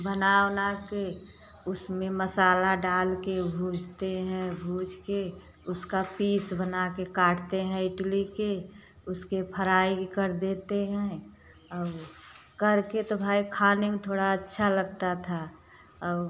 बना ओना के उसमें मसाला डाल के भूजते हैं भून के उसका पीस बना के काटते हैं इडली के उसके फ्राई कर देते हैं और करके तो भाई खाने में थोड़ा अच्छा लगता था और